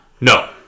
No